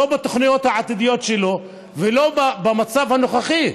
לא בתוכניות העתידיות שלו ולא במצב הנוכחי.